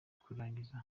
kuyarangiza